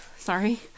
Sorry